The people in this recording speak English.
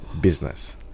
business